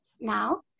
now